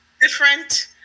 different